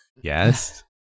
Yes